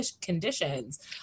conditions